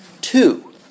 two